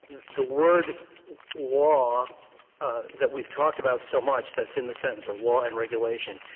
the word law that we've talked about so much that's in the sentence, or law and regulation,